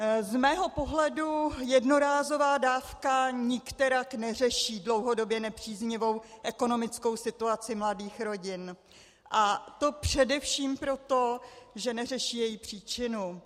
Z mého pohledu jednorázová dávka nikterak neřeší dlouhodobě nepříznivou ekonomickou situaci mladých rodin, a to především proto, že neřeší její příčinu.